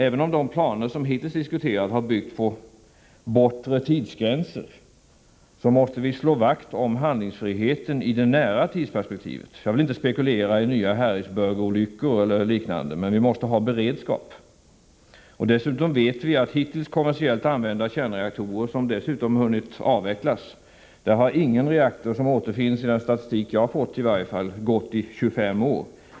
Även om de planer som hittills diskuterats har byggt på bortre tidsgränser, måste vi slå vakt om en handlingsfrihet i det nära tidsperspektivet. Jag vill inte spekulera i nya Harrisburg-olyckor eller liknande, men vi måste ha en beredskap. Dessutom vet vi att av kommersiellt använda kärnreaktorer i världen, vilka dessutom hunnit avvecklas, har ingen reaktor — i varje fall återfinns inte något sådant i den statistik som jag har fått — gått i 25 år.